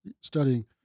studying